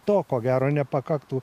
to ko gero nepakaktų